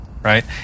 Right